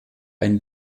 ein